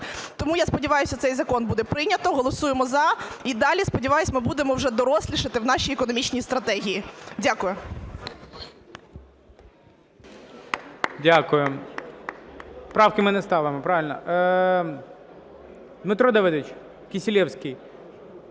Тому я сподіваюся, цей закон буде прийнято. Голосуємо "за". І далі, сподіваюсь, ми будемо вже дорослішати в нашій економічній стратегії. Дякую. ГОЛОВУЮЧИЙ. Дякуємо. Правки ми не ставимо. Правильно? Дмитро Давидович Кисилевський,